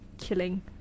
killing